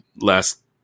last